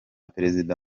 perezida